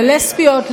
ללסביות,